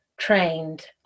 trained